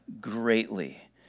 greatly